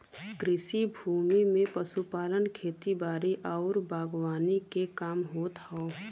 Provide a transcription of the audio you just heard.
कृषि भूमि में पशुपालन, खेती बारी आउर बागवानी के काम होत हौ